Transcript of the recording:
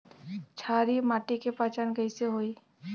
क्षारीय माटी के पहचान कैसे होई?